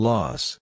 Loss